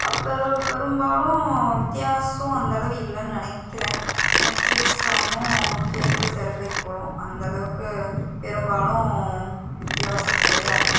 அப்புறம் பெரும்பாலும் வித்தியாசம் அந்த அளவு இல்லைன்னு நினக்கிறேன் நெட்ஃப்ளிக்ஸ் ப்ரைமும் கேபுள் செயற்கைக்கோளும் அந்த அளவுக்கு பெரும்பாலும் வித்தியாசம் கிடையாது